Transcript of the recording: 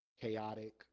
Chaotic